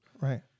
Right